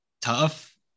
tough